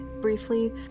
briefly